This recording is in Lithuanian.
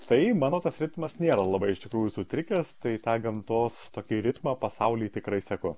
tai mano tas ritmas nėra labai iš tikrųjų sutrikęs tai tą gamtos tokį ritmą pasaulį tikrai seku